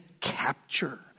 capture